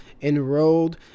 enrolled